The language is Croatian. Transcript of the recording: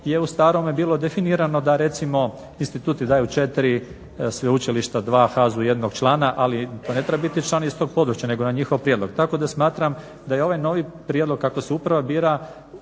je u starome bilo definirano da recimo instituti daju 4, sveučilišta 2, HAZU 1 člana, ali to ne treba biti član iz tog područja nego na njihov prijedlog. Tako da smatram da je ovaj novi prijedlog kako se uprava bira